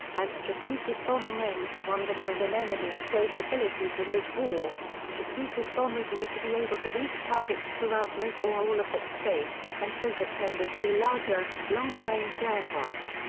as strategic bombing aims to undermine an enemy state's ability to wage war, strategic bombers need to be able to reach targets throughout most or all of that state, and so have tended to be larger, larger, longer-ranged aircraft.